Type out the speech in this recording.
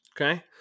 Okay